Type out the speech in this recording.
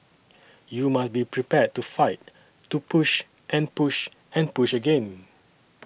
you must be prepared to fight to push and push and push again